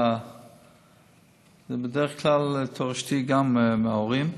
זה בדרך כלל תורשתי גם מההורים.